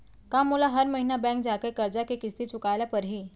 का मोला हर महीना बैंक जाके करजा के किस्ती चुकाए ल परहि?